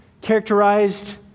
characterized